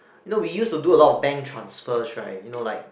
you know we used to do a lot of bank transfers right you know like